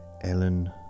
Ellen